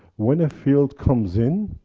when a field comes in.